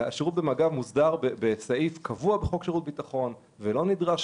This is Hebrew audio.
השירות במג"ב קבוע בחוק שירות הביטחון ולא נדרש